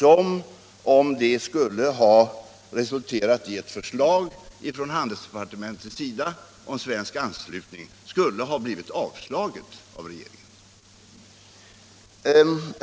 Om det hade resulterat i ett förslag från handelsdepartementets sida om svensk anslutning, skulle detta ha blivit avslaget av regeringen.